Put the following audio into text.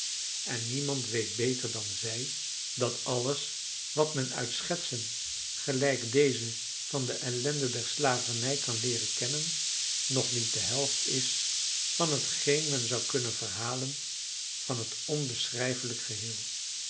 en niemand weet beter dan zij dat alles wat men uit schetsen gelijk deze van de ellende der slavernij kan leeren kennen nog niet de helft is van hetgeen men zou kunnen verhalen van het onbeschrijfelijk geheel